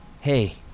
Hey